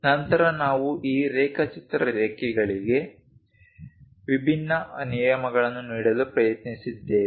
ನಂತರ ನಾವು ಈ ರೇಖಾಚಿತ್ರ ರೇಖೆಗಳಿಗೆ ವಿಭಿನ್ನ ನಿಯಮಗಳನ್ನು ನೋಡಲು ಪ್ರಯತ್ನಿಸಿದ್ದೇವೆ